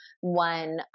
one